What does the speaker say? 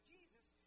Jesus